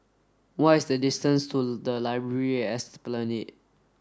what is the distance to the Library at Esplanade